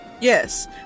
Yes